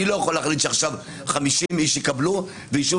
אני לא יכול להחליט שעכשיו 50 איש יקבלו וביישוב